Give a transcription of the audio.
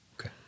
Okay